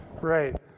Right